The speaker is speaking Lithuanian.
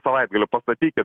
savaitgalį pastatykit